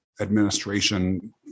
administration